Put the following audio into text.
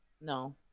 no